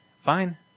Fine